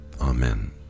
Amen